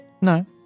No